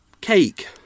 cake